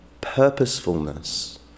purposefulness